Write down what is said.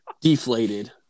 deflated